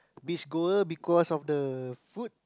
beach goer because of the food